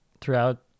throughout